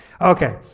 Okay